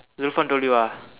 Zulfan told you ah